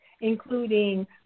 including